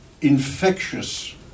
infectious